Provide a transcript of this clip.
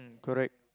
mm correct